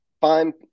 fine